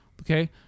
Okay